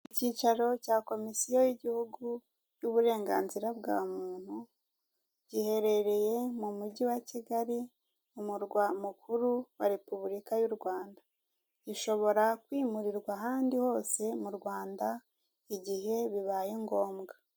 Icyicaro cya komisiyo y'igihugu y'uburenganzira bwa muntu, giherereye mu mujyi wa Kigali mu murwa mukuru wa repubulika y'u Rwanda, gishobora kwimurirwa ahandi hose mu Rwanda igihe bibaye ngombwa.